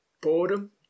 boredom